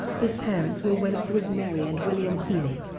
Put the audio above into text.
his parents were winifred mary and william healey.